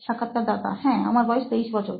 সাক্ষাৎকারদাতা হ্যাঁ আমার বয়স 23 বছর